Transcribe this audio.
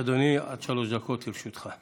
בבקשה, אדוני, עד שלוש דקות לרשותך.